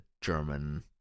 German